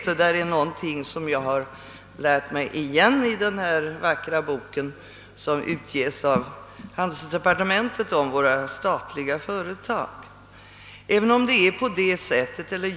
Detta är något som jag lärt mig i den vackra bok om våra statliga företag som utges av handelsdepartementet.